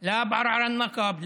לא בערוער בנגב,